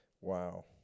Wow